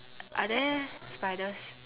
are there spiders